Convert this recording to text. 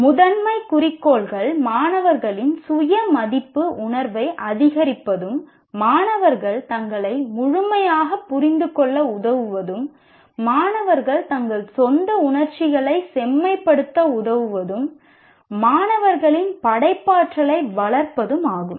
முதன்மை குறிக்கோள்கள் மாணவர்களின் சுய மதிப்பு உணர்வை அதிகரிப்பதும் மாணவர்கள் தங்களை முழுமையாகப் புரிந்துகொள்ள உதவுவதும் மாணவர்கள் தங்கள் சொந்த உணர்ச்சிகளைச் செம்மைப்படுத்த உதவுவதும் மாணவர்களின் படைப்பாற்றலை வளர்ப்பதும் ஆகும்